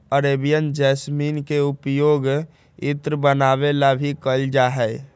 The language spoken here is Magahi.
अरेबियन जैसमिन के पउपयोग इत्र बनावे ला भी कइल जाहई